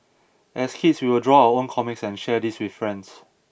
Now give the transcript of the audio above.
as kids we would draw our own comics and share these with friends